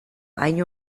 hain